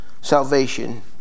salvation